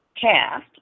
cast